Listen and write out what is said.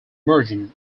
margin